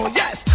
yes